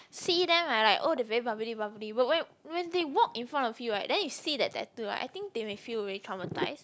see them ah like oh they very bubbly bubbly but when when they walk in front of you right then you see that tattoo right I think they may feel very traumatised